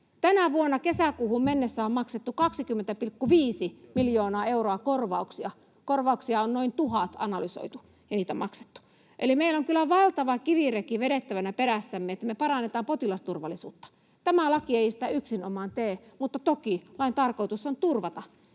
Tänä vuonna kesäkuuhun mennessä on maksettu 20,5 miljoonaa euroa korvauksia — korvauksia on noin tuhat analysoitu, ja niitä on maksettu. Eli meillä on kyllä valtava kivireki vedettävänä perässämme, kun me parannetaan potilasturvallisuutta. Tämä laki ei sitä yksinomaan tee, mutta toki lain tarkoitus on turvata